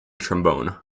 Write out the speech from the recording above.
trombone